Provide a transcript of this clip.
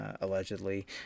allegedly